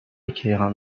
کیهان